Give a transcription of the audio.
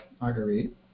Marguerite